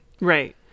Right